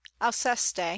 alceste